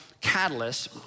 catalyst